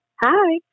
Hi